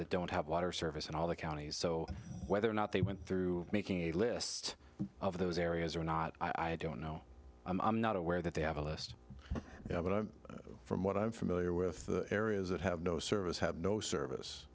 that don't have water service and all the counties so whether or not they went through making a list of those areas or not i don't know i'm not aware that they have a list but i'm from what i'm familiar with the areas that have no service have no service